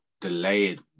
delayed